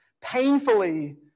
painfully